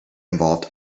involved